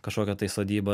kažkokią tai sodybą